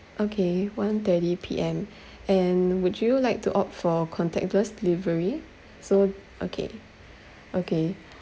okay one thirty P_M and would you like to opt for contactless delivery so okay okay